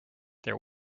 there